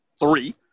three